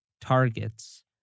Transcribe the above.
targets